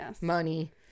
money